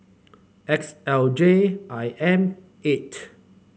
X L J I M eight